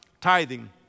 tithing